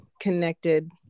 connected